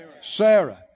Sarah